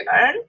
earn